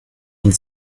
und